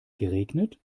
geregnet